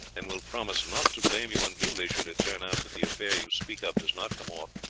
and will promise not to blame you unduly should it turn out that the affair you speak of does not come off.